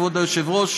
כבוד היושב-ראש,